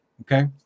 Okay